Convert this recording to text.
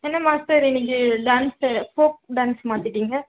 என்ன மாஸ்டர் இன்றைக்கி dance folk dance மாற்றிட்டிங்க